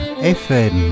FM